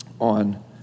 on